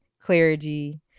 clergy